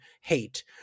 hate